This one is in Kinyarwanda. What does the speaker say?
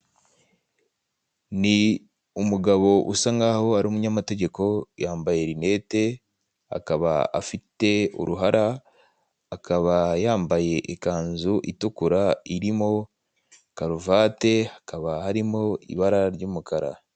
Ni umugabo usa nk'aho ari umunyamategeko, yambaye rinete, akaba afite uruhara akaba yambaye ikanzu itukura irimo karuvate hakaba harimo ibara ry'umukara.